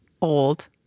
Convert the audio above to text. old